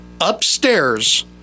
Upstairs